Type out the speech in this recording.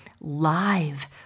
live